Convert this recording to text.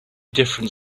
different